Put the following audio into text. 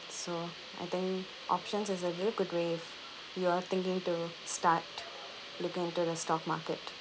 so I think options is a really good way if you are thinking to start looking into the stock market